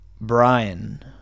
Brian